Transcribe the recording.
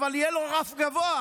אבל יהיה לו רף גבוה.